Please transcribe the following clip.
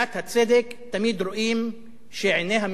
תמיד רואים שעיניה של אלת הצדק מכוסות,